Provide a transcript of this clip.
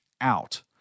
out